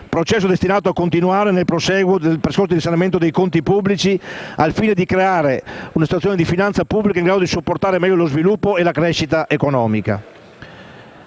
processo destinato a continuare nel prosieguo del percorso di risanamento dei conti pubblici, al fine di creare una situazione della finanza pubblica in grado di supportare al meglio lo sviluppo e la crescita economica.